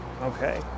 Okay